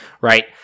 right